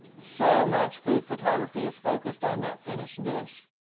so much food photography is focused on that finished dish.